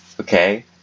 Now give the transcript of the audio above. Okay